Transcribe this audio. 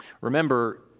remember